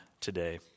today